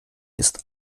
ist